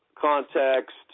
context